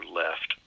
left